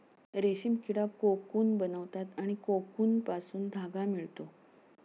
रेशीम किडा कोकून बनवतात आणि कोकूनपासून धागा मिळतो